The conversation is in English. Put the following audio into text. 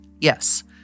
Yes